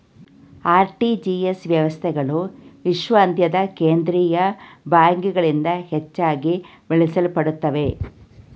RTGS ವ್ಯವಸ್ಥೆಗಳು ವಿಶ್ವಾದ್ಯಂತ ಕೇಂದ್ರೀಯ ಬ್ಯಾಂಕ್ಗಳಿಂದ ಹೆಚ್ಚಾಗಿ ಬಳಸಲ್ಪಡುತ್ತವೆ